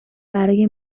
برای